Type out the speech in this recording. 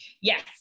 Yes